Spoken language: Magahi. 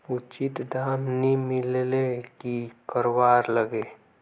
उचित दाम नि मिलले की करवार लगे?